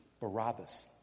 Barabbas